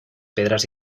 pedres